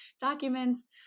documents